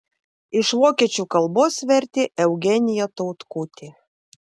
iš vokiečių kalbos vertė eugenija tautkutė